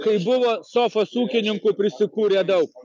kai buvo sofos ūkininkų prisikūrė daug